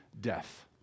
death